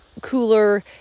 cooler